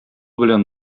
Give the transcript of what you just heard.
белән